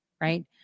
right